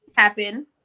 happen